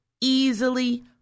easily